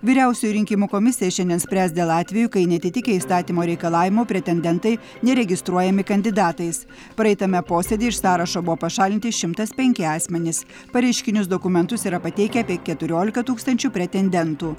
vyriausioji rinkimų komisija šiandien spręs dėl atvejų kai neatitikę įstatymo reikalavimų pretendentai neregistruojami kandidatais praeitame posėdy iš sąrašo buvo pašalinti šimtas penki asmenys pareiškinius dokumentus yra pateikę apie keturiolika tūkstančių pretendentų